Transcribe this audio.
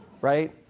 right